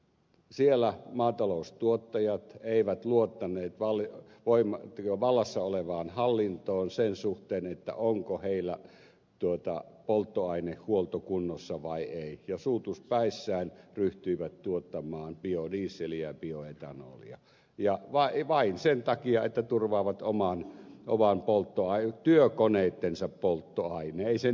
siellä maataloustuottajat eivät luottaneet vallassa olevaan hallintoon sen suhteen onko heillä polttoainehuolto kunnossa vai ei ja suutuspäissään ryhtyivät tuottamaan biodieseliä ja bioetanolia vain sen takia että turvaavat omien työkoneittensa polttoaineen ei sen ihmeellisempää